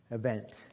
event